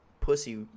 pussy